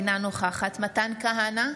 אינה נוכחת מתן כהנא,